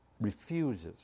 refuses